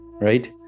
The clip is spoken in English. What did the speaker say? right